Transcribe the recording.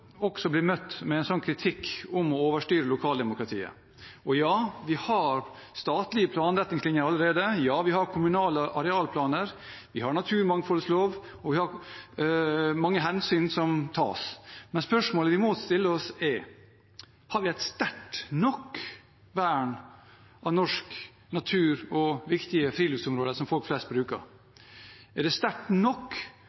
også blir møtt med kritikk om at lokaldemokratiet overstyres. Ja, vi har statlige planretningslinjer allerede, vi har kommunale arealplaner, vi har naturmangfoldloven, og det er mange hensyn som tas. Men spørsmålet vi må stille oss, er: Har vi et sterkt nok vern av norsk natur og viktige friluftsområder som folk flest